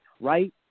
right